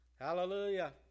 Hallelujah